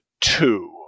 two